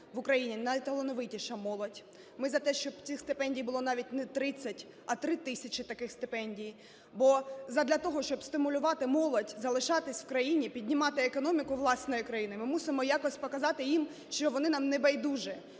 в Україні найталановитіша молодь. Ми за те, щоб цих стипендій було навіть не 30, а 3 тисячі таких стипендій. Бо задля того, щоб стимулювати молодь залишатись в країні, піднімати економіку власної країни, ми мусимо якось показати їм, що вони нам небайдужі.